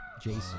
Jason